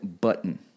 button